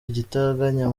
igitaraganya